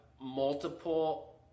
multiple